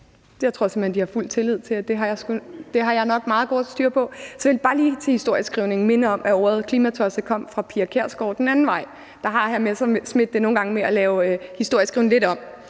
til, at jeg nok har meget godt styr på det. Så vil jeg bare lige i forhold til historieskrivningen minde om, at ordet klimatosse kom fra fru Pia Kjærsgaard den anden vej fra. Der har hr. Morten Messerschmidt det nogle gange med at lave historieskrivningen lidt om.